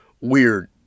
weird